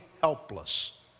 helpless